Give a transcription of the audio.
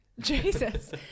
Jesus